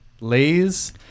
Lay's